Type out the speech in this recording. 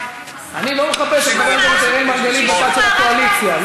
אני לא מחפש את חבר הכנסת אראל מרגלית בצד של הקואליציה.